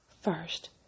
first